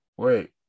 Wait